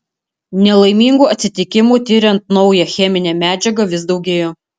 nelaimingų atsitikimų tiriant naują cheminę medžiagą vis daugėjo